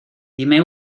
dime